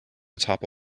atop